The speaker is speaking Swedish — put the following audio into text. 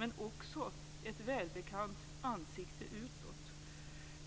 och också ett välbekant ansikte utåt.